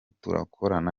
turakorana